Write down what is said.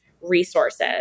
resources